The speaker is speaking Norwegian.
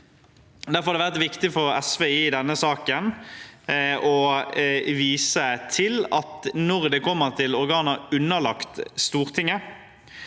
Derfor har det vært viktig for SV i denne saken å vise til at når det gjelder organer underlagt Stortinget